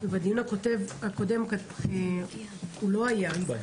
ובדיון הקודם הוא לא היה.